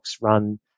run